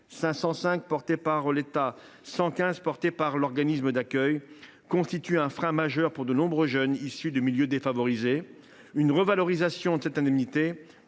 115 euros à la charge de l’organisme d’accueil, constitue un frein majeur pour de nombreux jeunes issus de milieux défavorisés. Une revalorisation de cette indemnité